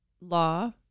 law